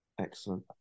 Excellent